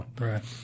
Right